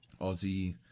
Aussie